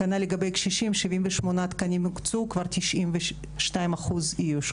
כנ"ל לגבי קשישים, 78 תקנים הוקצו, כבר 92% איוש.